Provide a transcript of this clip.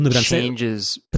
changes